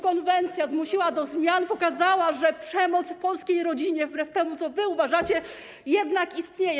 Konwencja zmusiła do zmian, pokazała, że przemoc w polskiej rodzinie, wbrew temu, co uważacie, jednak istnieje.